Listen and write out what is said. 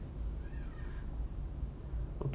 okay